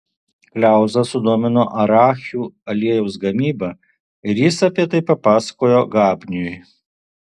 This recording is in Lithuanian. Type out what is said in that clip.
kliauzą sudomino arachių aliejaus gamyba ir jis apie tai papasakojo gabniui